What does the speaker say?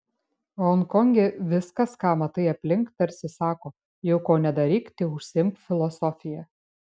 honkonge viskas ką matai aplink tarsi sako jau ko nedaryk tai neužsiimk filosofija